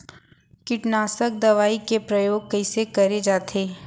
कीटनाशक दवई के प्रयोग कइसे करे जाथे?